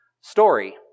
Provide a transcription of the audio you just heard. story